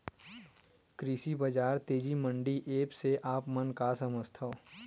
कृषि बजार तेजी मंडी एप्प से आप मन का समझथव?